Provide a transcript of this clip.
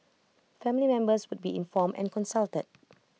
family members would be informed and consulted